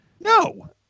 No